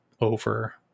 over